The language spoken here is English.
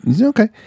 Okay